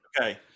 Okay